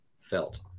felt